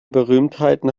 berühmtheiten